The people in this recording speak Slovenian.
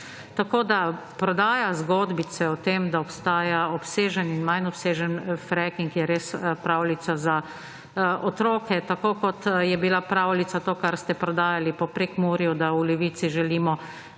Tako da, prodaja zgodbice o tem, da obstaja obsežen in manj obsežen freking, je res pravljica za otroke, tako kot je bila pravljica to, kar ste prodajali po Prekmurju, da v Levici želimo